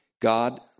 God